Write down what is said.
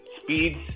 speeds